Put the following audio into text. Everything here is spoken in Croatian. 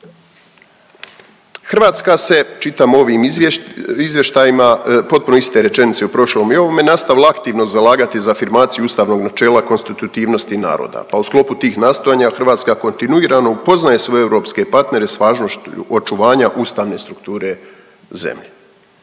Hrvatska se, čitam u ovim izvještajima, potpuno iste rečenice i u prošlom i u ovome, nastavila aktivno zalagati za afirmaciju ustavnog načela konstitutivnosti naroda, a u sklopu tih nastojanja Hrvatska kontinuirano upoznaje svoje europske partnere s važnošću očuvanja ustavne strukture zemlje.